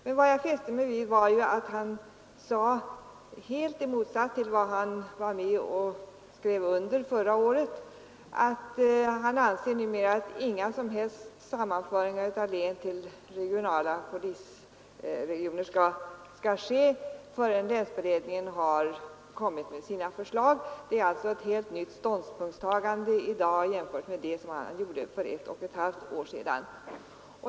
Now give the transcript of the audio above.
Men vad jag fäste mig vid var att han sade, helt emot vad han var med och skrev under förra året, att han numera anser att inga som helst sammanföringar av län till regionala polisregioner skall ske förrän länsberedningen har lagt fram sina förslag. Det är alltså en helt ny ståndpunkt i dag i förhållande till den som han intog för ett och ett halvt år sedan.